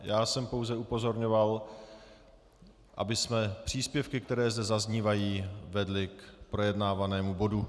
Já jsem pouze upozorňoval, abychom příspěvky, které zde zaznívají, vedli k projednávanému bodu.